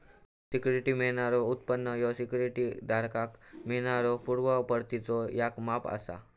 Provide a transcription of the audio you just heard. सिक्युरिटीवर मिळणारो उत्पन्न ह्या सिक्युरिटी धारकाक मिळणाऱ्यो पूर्व परतीचो याक माप असा